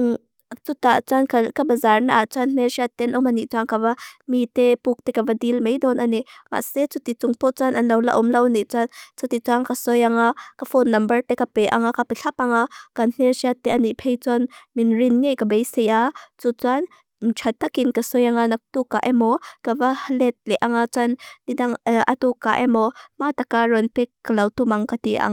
tuta tan kabansar na atan, investiat ten oma ni, tuan kava mite, pukte, kava dilmeidon ani. Fase, tuti tungpo, tuan anawla omlau ni, tuan tuti tuan kasoia nga, ka phone number pekape anga kapitlapa anga, investiat te ani pey, tuan minrinye kabaisea. Tuan, chatakin kasoia nga naktuka emo, kava let le anga, investiat te ani pey, tuan minrinye kabaisea.